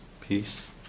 peace